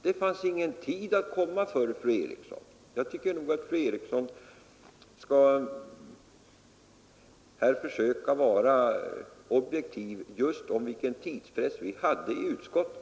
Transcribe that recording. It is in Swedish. Det fanns inte utrymme för att agera tidigare än då. Jag tycker att fru Eriksson nog bör försöka vara objektiv och också ta hänsyn till den tidspress som vi hade i utskottet.